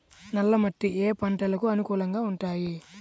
నల్ల మట్టి ఏ ఏ పంటలకు అనుకూలంగా ఉంటాయి?